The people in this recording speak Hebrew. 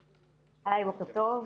היי, בוקר טוב.